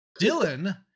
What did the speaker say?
Dylan